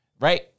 right